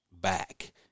back